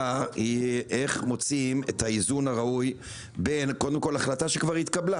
איך מוצאים את האיזון הראוי בין החלטה שכבר התקבלה